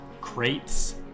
crates